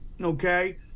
okay